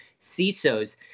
CISOs